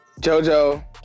Jojo